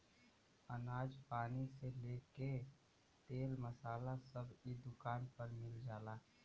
अनाज पानी से लेके तेल मसाला सब इ दुकान पर मिल जाला